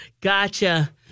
gotcha